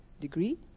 degree